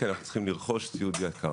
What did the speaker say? כי אנחנו צריכים לרכוש ציוד יקר.